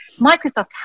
Microsoft